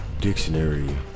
Dictionary